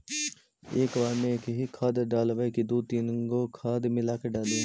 एक बार मे एकही खाद डालबय की दू तीन गो खाद मिला के डालीय?